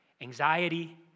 anxiety